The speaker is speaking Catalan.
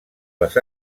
les